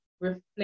reflect